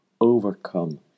overcome